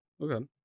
Okay